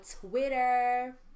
Twitter